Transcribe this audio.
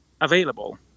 available